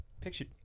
Picture